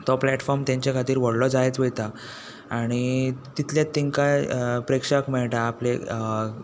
तो प्लेटफोर्म तेंच्या खातीर व्हडलो जायत वयता आनी तितलेच तेंकां प्रेक्षक मेळटा आपले